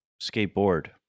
Skateboard